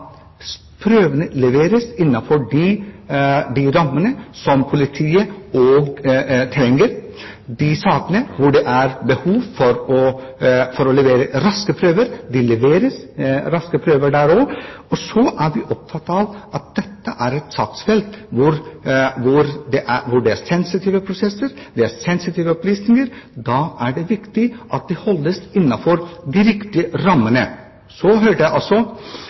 prøvene leveres innenfor de rammene som politiet trenger. I de sakene hvor det er behov for å levere raske prøver, leveres det raske prøver. Så er vi opptatt av at dette er et saksfelt hvor det er sensitive prosesser, det er sensitive opplysninger, og da er det viktig at de holdes innenfor de riktige rammene. Så hørte jeg